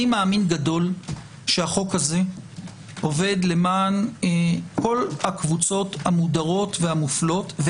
אני מאמין גדול שהחוק הזה עובד למען כל הקבוצות המודרות והמופלות.